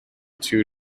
two